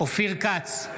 אופיר כץ,